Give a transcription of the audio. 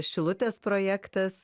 šilutės projektas